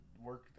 work